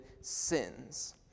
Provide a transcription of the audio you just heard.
sins